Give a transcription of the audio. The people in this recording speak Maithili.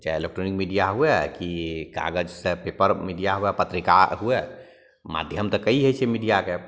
चाहे इलेक्ट्रॉनिक मीडिआ हुए कि कागजसे पेपर मीडिआ हुए पत्रिका हुए माध्यम तऽ कएक होइ छै मीडिआके